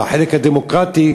והחלק הדמוקרטי,